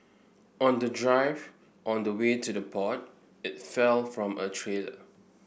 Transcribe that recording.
on the drive on the way to the port it fell from a trailer